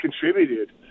contributed